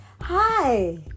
Hi